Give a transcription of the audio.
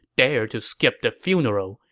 dared to skip the funeral.